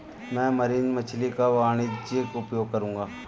मैं मरीन मछली का वाणिज्यिक उपयोग करूंगा